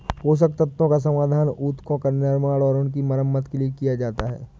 पोषक तत्वों का समाधान उत्तकों का निर्माण और उनकी मरम्मत के लिए किया जाता है